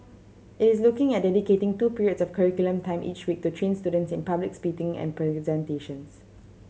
it is looking at dedicating two periods of curriculum time each week to train students in public speaking and